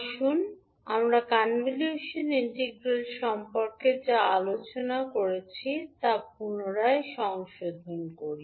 আসুন আমরা convolution integral সম্পর্কে যা আলোচনা করেছি তা পুনরায় সংশোধন করি